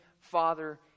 Father